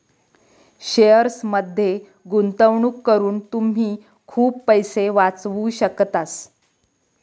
शेअर्समध्ये गुंतवणूक करून तुम्ही खूप पैसे वाचवू शकतास